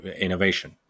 innovation